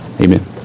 Amen